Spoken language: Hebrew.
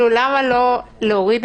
תנאי להכרזה.